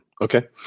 Okay